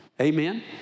Amen